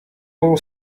ball